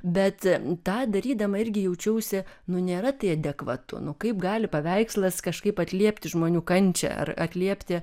bet tą darydama irgi jaučiausi nu nėra tai adekvatu nu kaip gali paveikslas kažkaip atliepti žmonių kančią ar atliepti